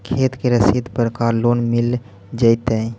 खेत के रसिद पर का लोन मिल जइतै?